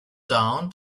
down